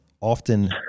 often